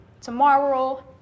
tomorrow